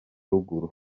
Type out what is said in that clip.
ruguru